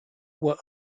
were